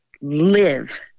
live